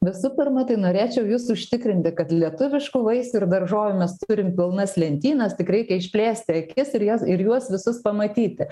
visų pirma tai norėčiau jus užtikrinti kad lietuviškų vaisių ir daržovių mes turim pilnas lentynas tik reikia išplėsti akis ir jas ir juos visus pamatyti